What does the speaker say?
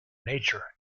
nature